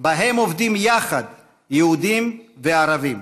שבהם עובדים יחד יהודים וערבים.